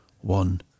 one